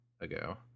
ago